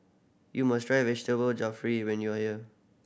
you must try Vegetable Jalfrezi when you are here